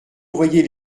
envoyer